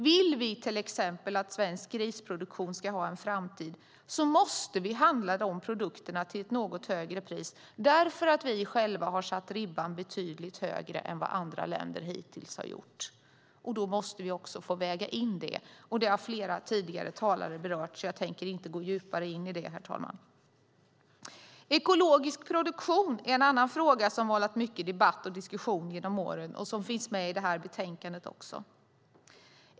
Om vi till exempel vill att svensk grisproduktion ska ha en framtid måste vi handla de produkterna till ett något högre pris eftersom vi själva satt ribban betydligt högre än andra länder hittills gjort. Då måste också det vägas in, vilket flera tidigare talare redan berört och jag därför inte tänker gå djupare in på, herr talman. Ekologisk produktion är en fråga som vållat mycket debatt och diskussion genom åren och också behandlas i det här betänkandet.